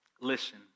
Listen